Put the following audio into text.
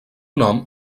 nom